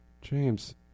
James